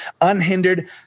Unhindered